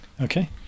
okay